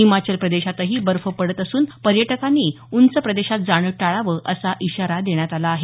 हिमाचल प्रदेशातही बर्फ पडत असून पर्यटकांनी उंच प्रदेशात जाणं टाळावं असा इशारा देण्यात आला आहे